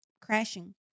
crashing